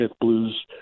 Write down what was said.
blues